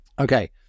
Okay